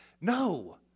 No